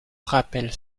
rappelle